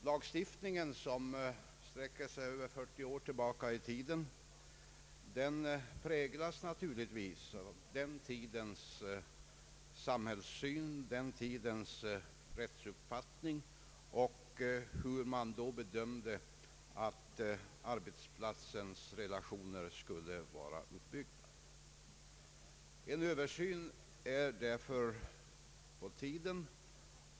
Lagstiftningen, som tillkom för över 40 år sedan, präglas naturligtvis av den tidens samhällssyn och rättsuppfattning och av hur man då bedömde att arbetsplatsens relationer skulle vara uppbyggda. En översyn är därför på tiden.